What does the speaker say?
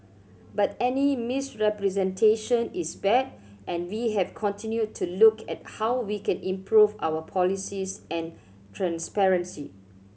but any misrepresentation is bad and we have continued to look at how we can improve our policies and transparency